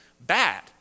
bad